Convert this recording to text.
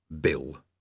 bill